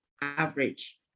average